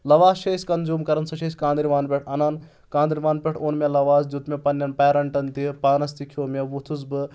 لواز چھِ أسۍ کَنزیوٗم کَرَان سۄ چھِ أسۍ کانٛدروان پؠٹھ اَنان قاندروان پؠٹھ اوٚن مےٚ لَواس دیُت مےٚ پَننؠن پیرَنٹَن تہِ پانَس تہِ کھیوٚو مےٚ وۄتھُس بہٕ